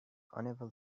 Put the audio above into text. unable